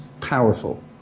powerful